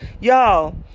Y'all